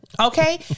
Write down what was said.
Okay